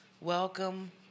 Welcome